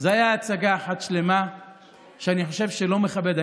זו הייתה הצגה אחת שלמה שאני חושב שלא מכבדת.